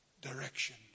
direction